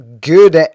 good